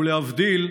ולהבדיל,